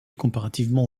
comparativement